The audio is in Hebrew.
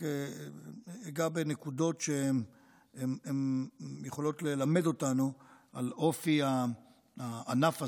אגע בנקודות שיכולות ללמד אותנו על אופי הענף הזה.